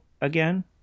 again